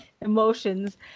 emotions